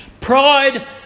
pride